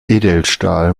edelstahl